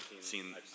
Seen